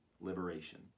liberation